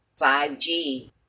5G